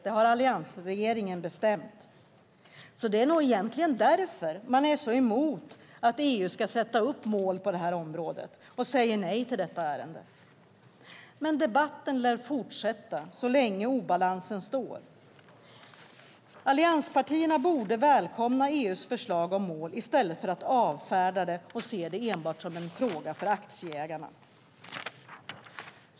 Det har alliansregeringen bestämt. Det är väl därför man är så emot att EU ska sätta upp mål på detta område och säger nej till det. Debatten lär dock fortsätta så länge obalansen består. Allianspartierna borde välkomna EU:s förslag om mål i stället för att avfärda det och se det som en fråga enbart för aktieägarna.